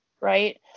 right